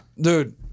dude